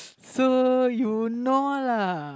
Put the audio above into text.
so you know lah